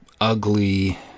ugly